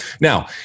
Now